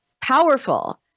powerful